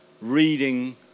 reading